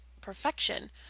perfection